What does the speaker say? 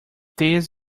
this